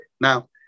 Now